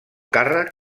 càrrec